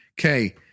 okay